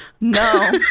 No